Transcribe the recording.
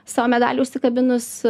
sau medalį užsikabinus